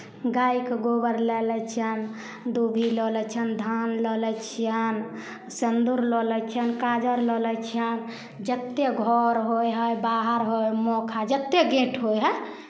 गायके गोबर लए लै छियनि दूबि लऽ लै छियनि धान लऽ लै छियनि सेनुर लऽ लै छियनि काजर लऽ लै छियनि जतेक घर होइ हइ बाहर होइ हइ मोखा जतेक गेट होइ हइ